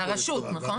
זה הרשות, נכון?